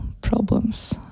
problems